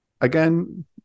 Again